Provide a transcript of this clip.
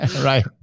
Right